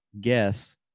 guess